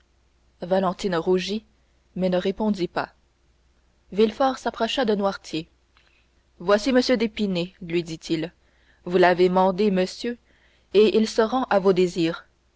valentine rougit mais ne répondit pas villefort s'approcha de noirtier voici m franz d'épinay lui dit-il vous l'avez mandé monsieur et il se rend à vos désirs